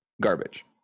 Garbage